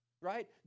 right